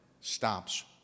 stops